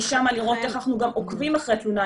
ולכן אנחנו גם עוקבים אחרי התלונה,